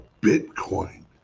Bitcoin